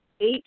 eight